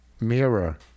Mirror